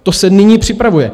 To se nyní připravuje.